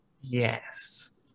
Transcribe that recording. yes